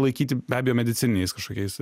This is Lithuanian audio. laikyti be abejo medicininiais kažkokiais